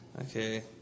Okay